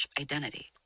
identity